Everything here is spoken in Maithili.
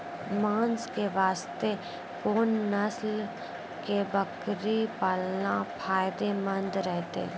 मांस के वास्ते कोंन नस्ल के बकरी पालना फायदे मंद रहतै?